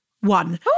One